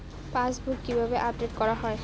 Passbook কিভাবে update করা হয়?